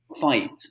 fight